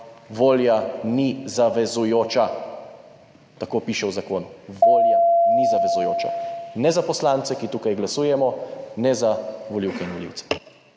volja ni zavezujoča tako piše v zakonu, volja ni zavezujoča ne za poslance, ki tukaj glasujemo, ne za volivke in volivce.